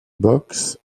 box